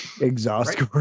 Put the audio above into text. Exhaust